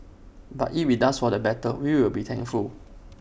but if IT does for the better we will be thankful